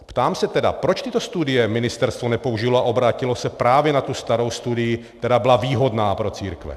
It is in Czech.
Ptám se tedy, proč tyto studie ministerstvo nepoužilo a obrátilo se právě na tu starou studii, která byla výhodná pro církve?